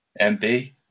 MB